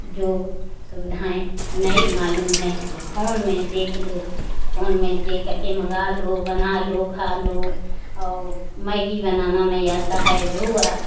जो सुविधाएं नहीं मालूम हैं वो फोन में देख लो फोन में देख करके मंगा लो बना लो खा लो और मैगी बनाना नहीं आता है वोहू